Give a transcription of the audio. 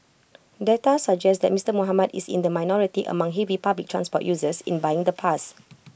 data suggest that Mister Muhammad is in the minority among heavy public transport users in buying the pass